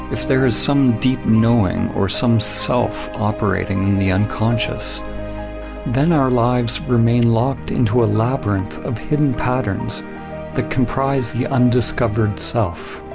if there is some deep knowing or some self operating in the unconscious then our lives remain locked into a labyrinth of hidden patterns that comprise the undiscovered self.